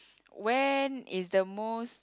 when is the most